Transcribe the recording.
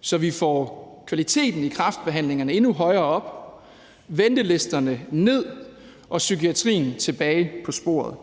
så vi får kvaliteten i kræftbehandlingen endnu højere op, ventelisterne ned og psykiatrien tilbage på sporet.